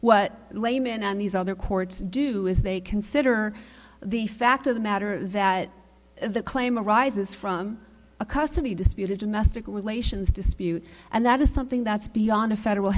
what laymen and these other courts do is they consider the fact of the matter that the claim arises from a custody dispute a domestic relations dispute and that is something that's beyond a federal